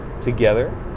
together